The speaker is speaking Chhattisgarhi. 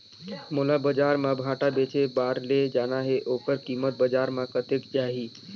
मोला बजार मां भांटा बेचे बार ले जाना हे ओकर कीमत बजार मां कतेक जाही?